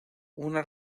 una